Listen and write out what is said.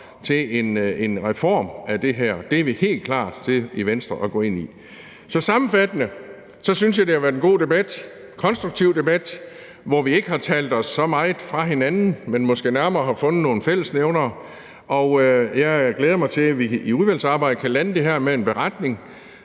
til en reform af det her. Det er vi i Venstre helt klar til at gå ind i. Så sammenfattende synes jeg, at det har været en god debat, en konstruktiv debat, hvor vi ikke har talt os så meget fra hinanden, men måske nærmere har fundet nogle fællesnævnere, og jeg glæder mig til, at vi i udvalgsarbejdet kan lande det her med en beretning,